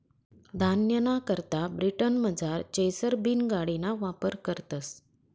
धान्यना करता ब्रिटनमझार चेसर बीन गाडिना वापर करतस